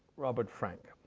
robert frank,